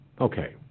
Okay